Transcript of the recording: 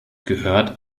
gehört